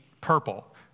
purple